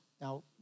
Now